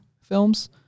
films